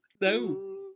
No